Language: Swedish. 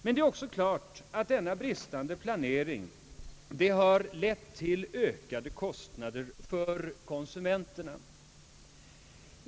Det är också klart att den bristande planeringen medfört ökade kostnader för konsumenterna.